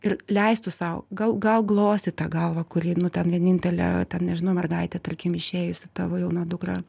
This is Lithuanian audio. ir leistų sau gal gal glostyt tą galvą kuri nu ten vienintelė ten nežinau mergaitė tarkim išėjusi tavo jauna dukra